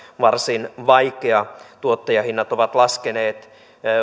varsin vaikea tuottajahinnat ovat laskeneet